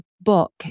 book